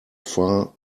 far